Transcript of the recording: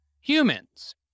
humans